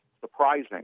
surprising